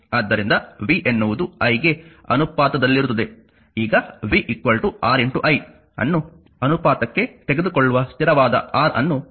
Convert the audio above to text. ಆದ್ದರಿಂದ v ಎನ್ನುವುದು i ಗೆ ಅನುಪಾತದಲ್ಲಿರುತ್ತದೆ ಈಗ v Ri ಅನ್ನು ಅನುಪಾತಕ್ಕೆ ತೆಗೆದುಕೊಳ್ಳುವ ಸ್ಥಿರವಾದ R ಅನ್ನು ಪ್ರತಿರೋಧ ಎಂದು ಕರೆಯಲಾಗುತ್ತದೆ